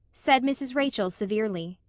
said mrs. rachel severely.